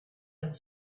and